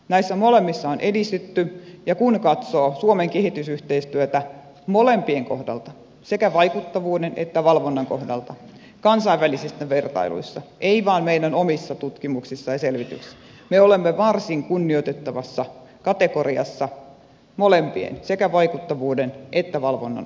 näissä molemmissa on edistytty ja kun katsoo suomen kehitysyhteistyötä molempien sekä vaikuttavuuden että valvonnan kohdalta kansainvälisissä vertailuissa ei vain meidän omissa tutkimuksissamme ja selvityksissämme me olemme varsin kunnioitettavassa kategoriassa molempien sekä vaikuttavuuden että valvonnan osalta